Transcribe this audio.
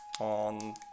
on